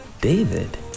David